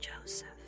Joseph